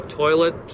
toilet